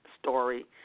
story